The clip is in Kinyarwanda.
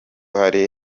hari